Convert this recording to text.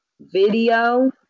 video